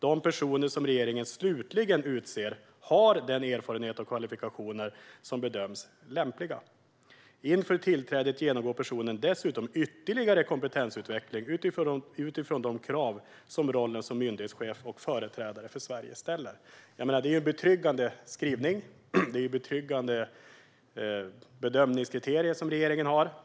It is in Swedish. De personer som regeringen slutligen utser har den erfarenhet och de kvalifikationer som bedöms lämpliga. Inför tillträdet genomgår personen dessutom ytterligare kompetensutveckling utifrån de krav som rollen som myndighetschef och företrädare för Sverige ställer." Det är en betryggande skrivning, och det är betryggande bedömningskriterier regeringen har.